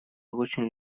очень